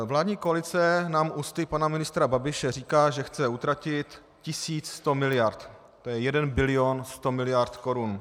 Vládní koalice nám ústy pana ministra Babiše říká, že chce utratit 1 100 mld., to je jeden bilion sto miliard korun.